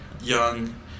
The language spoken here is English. young